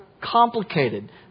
complicated